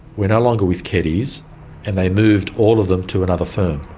we're no longer with keddies and they moved all of them to another firm.